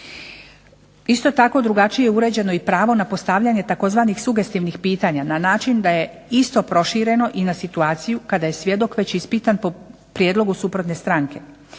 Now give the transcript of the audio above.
Isto tako drugačije je uređeno i pravo na postavljanje tzv. "sugestivnih pitanja" na način da je isto prošireno i na situaciju kada je svjedok već ispitan po prijedlogu suprotne stranke